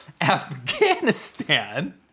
Afghanistan